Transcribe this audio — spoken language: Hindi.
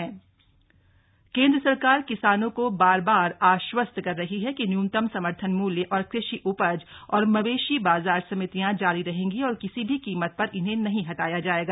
न्यूनतम समर्थन मूल्य केन्द्र सरकार किसानों को बार बार आश्वस्त कर रही है कि न्यूनतम समर्थन मूल्य और कृषि उपज और मवेशी बाजार समितियां जारी रहेंगी और किसी भी कीमत पर इन्हें नहीं हटाया जाएगा